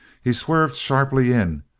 he swerved sharply in,